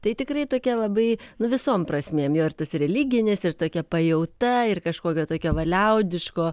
tai tikrai tokia labai nu visom prasmėm jo ir tas religinis ir tokia pajauta ir kažkokio tokio va liaudiško